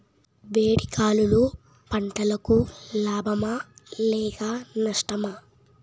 వేడి గాలులు పంటలకు లాభమా లేక నష్టమా?